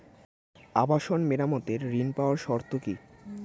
আবাসন মেরামতের ঋণ পাওয়ার শর্ত কি?